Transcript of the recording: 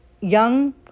Young